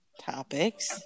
topics